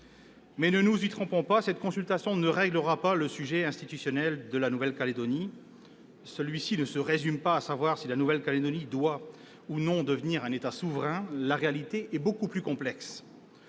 ne nous y trompons pas : cette consultation ne réglera pas le sujet institutionnel de la Nouvelle-Calédonie. Celui-ci ne se résume pas à savoir si le territoire doit ou non devenir un État souverain. La réalité est beaucoup plus complexe.